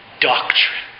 doctrine